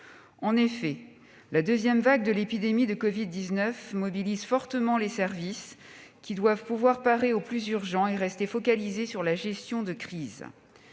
En effet, la deuxième vague de l'épidémie de covid-19 mobilise fortement les services, qui doivent pouvoir parer au plus urgent et rester focalisés sur la gestion de crise.